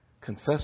Confess